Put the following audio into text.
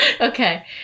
Okay